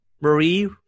Marie